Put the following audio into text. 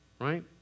right